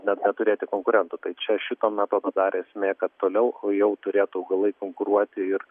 ne neturėti konkurentų tai čia šito metodo dar esmė kad toliau jau turėtų augalai konkuruoti ir